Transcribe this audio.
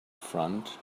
front